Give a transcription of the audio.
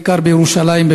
בעיקר בירושלים,